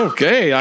Okay